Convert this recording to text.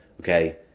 Okay